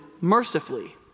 mercifully